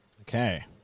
Okay